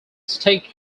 stick